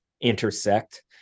intersect